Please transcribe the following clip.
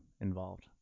involved